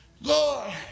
Lord